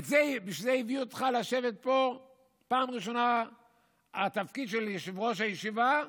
בשביל זה הביאו אותך לשבת פה פעם ראשונה בתפקיד של יושב-ראש הישיבה,